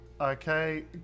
Okay